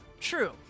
true